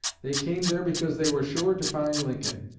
they came there because they were sure to find lincoln.